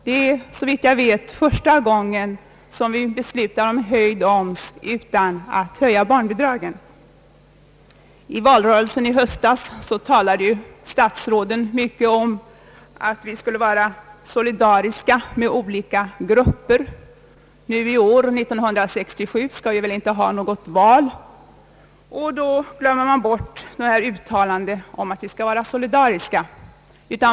Det är såvitt jag vet första gången som vi beslutar om höjd omsättningsskatt utan att höja barnbidraget. Under valrörelsen i höstas talade statsråden mycket om att vi skulle vara solidariska med olika grupper. I år är det inget val, och därför glöms det uttalandet bort.